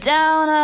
Down